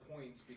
points